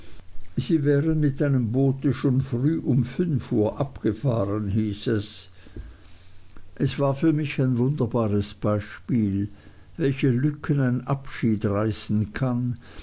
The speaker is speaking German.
sie wären mit einem boote schon früh um fünf uhr abgefahren hieß es es war für mich ein wunderbares beispiel welche lücken ein abschied reißen kann